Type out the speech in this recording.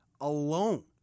alone